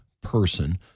person